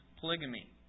polygamy